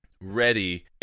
ready